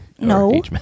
no